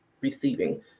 receiving